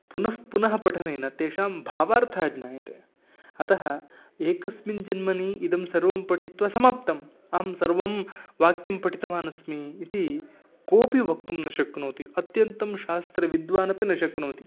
पुनःपुनः पठनेन तेषां भावार्थः ज्ञायते अतः एकस्मिन् जन्मनि इदं सर्वं पठित्वा समाप्तम् अहं सर्वं वाक्यं पठितवान् अस्मि इति कोपि वक्तुं न शक्नोति अत्यन्तं शास्त्रविद्वानपि न शक्नोति